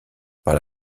par